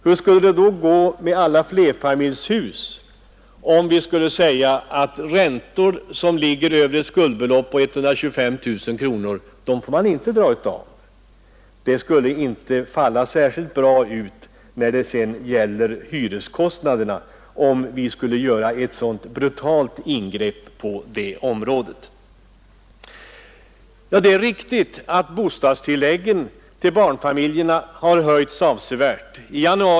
Hur skulle det, herr Hermansson, gå med alla flerfamiljshus om vi skulle säga att räntor på skuldbelopp över 125 000 kronor inte får dras av? Givetvis skulle ett så brutalt ingrepp ge utslag i hyreskostnaderna. Det är riktigt att bostadstilläggen till barnfamiljerna har höjts avsevärt.